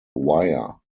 wire